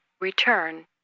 return